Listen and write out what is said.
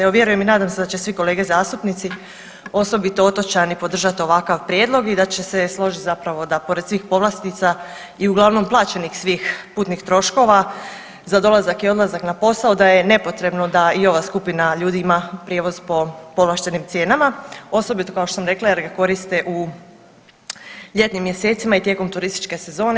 Evo vjerujem i nadam se da će svi kolege zastupnici osobito otočani podržat ovakav prijedlog i da će se složiti zapravo da pored svih povlastica i uglavnom plaćenih svih putnih troškova za dolazak i odlazak na posao da je nepotrebno da i ova skupina ljudi ima prijevoz po povlaštenim cijenama osobito kao što sam rekla jer ga koriste u ljetnim mjesecima i tijekom turističke sezone.